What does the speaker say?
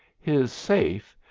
his safe,